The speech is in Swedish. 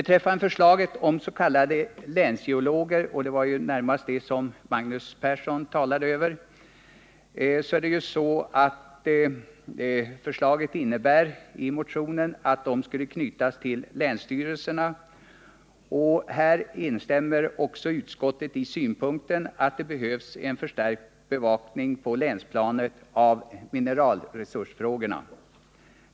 Torsdagen den Förslaget om s.k. länsgeologer — det var närmast det Magnus Persson 10 maj 1979 talade om — innebär att dessa skulle knytas till länsstyrelserna. Utskottet instämmer i synpunkten att det behövs en förstärkt bevakning på länsplanet av mineralresursfrågorna.